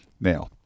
now